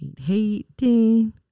hating